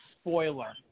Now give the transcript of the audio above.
spoiler